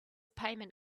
payment